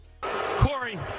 Corey